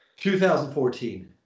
2014